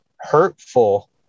hurtful